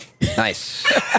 Nice